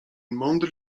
mądry